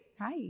Hi